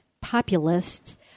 populists